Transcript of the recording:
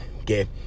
okay